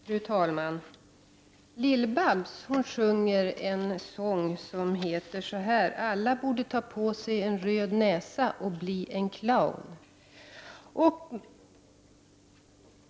Fru talman! Lill-Babs sjunger en sång som heter Alla borde ta på sig en röd näsa och bli en clown.